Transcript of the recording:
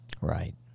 Right